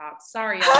sorry